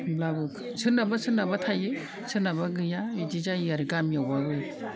होमब्लाबो सोरनाबा सोरनाबा थायो सोरनाबा गैया बिदि जायो आरो गामियावब्लाबो